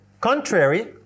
contrary